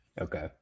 Okay